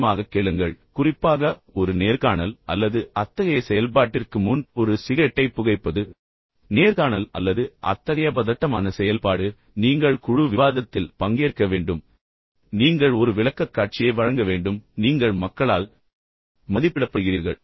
கவனமாகக் கேளுங்கள் குறிப்பாக ஒரு நேர்காணல் அல்லது அத்தகைய செயல்பாட்டிற்கு முன் ஒரு சிகரெட்டைப் புகைப்பது எனவே நேர்காணல் அல்லது அத்தகைய பதட்டமான செயல்பாடு நீங்கள் குழு விவாதத்தில் பங்கேற்க வேண்டும் நீங்கள் ஒரு விளக்கக்காட்சியை வழங்க வேண்டும் நீங்கள் மக்களால் மதிப்பிடப்படுகிறீர்கள்